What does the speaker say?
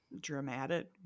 dramatic